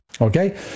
Okay